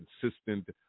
consistent